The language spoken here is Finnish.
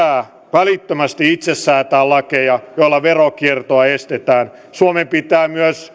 välittömästi itse säätää lakeja joilla veronkiertoa estetään suomen pitää myös